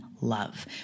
love